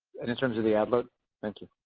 and in terms of the outlook? and